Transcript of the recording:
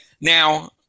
Now